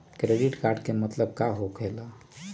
Credit card के मतलब का होकेला?